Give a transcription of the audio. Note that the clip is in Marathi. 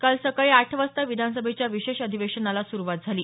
काल सकाळी आठ वाजता विधानसभेच्या विशेष अधिवेशनाला सुरूवात झाली